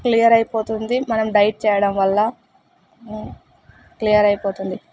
clear అయిపోతుంది మనం diet చేయడం వల్ల క్లియర్ అయిపోతుంది